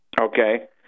Okay